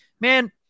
man